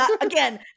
Again